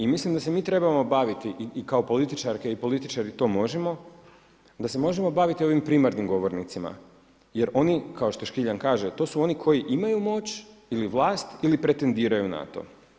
I mislim da se mi trebamo baviti kao političarke i političari to možemo, da se možemo baviti ovim primarnim govornicima, jer oni, kao što Škiljan kaže, to su oni koji imaju moć ili vlast ili pretendiraju na to.